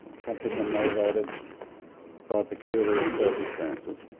some people are motivated by peculiar circumstances.